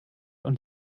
und